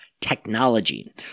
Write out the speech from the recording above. technology